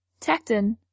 Tecton